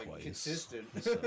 consistent